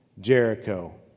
Jericho